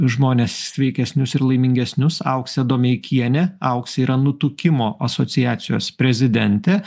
žmones sveikesnius ir laimingesnius auksė domeikienė auksė yra nutukimo asociacijos prezidentė